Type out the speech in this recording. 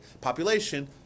population